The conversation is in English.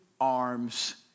arms